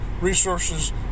resources